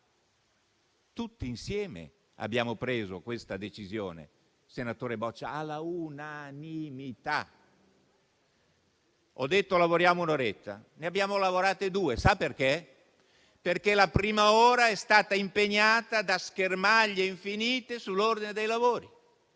tutti insieme avevamo preso quella decisione, senatore Boccia, quindi all'unanimità. Ho parlato di un'oretta, ma ne abbiamo lavorate due, e sa perché? Perché la prima ora è stata impegnata da schermaglie infinite sull'ordine dei lavori: